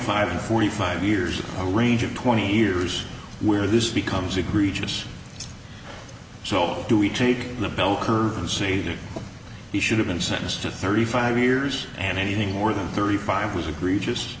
five and forty five years a range of twenty years where this becomes egregious so do we take the bell curve and say that he should have been sentenced to thirty five years and anything more than thirty five was egre